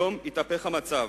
היום התהפך המצב,